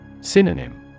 Synonym